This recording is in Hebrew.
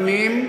פנים?